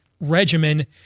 regimen